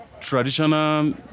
traditional